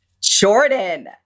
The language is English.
Jordan